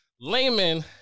layman